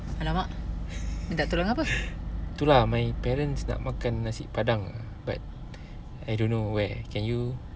!alamak! minta tolong apa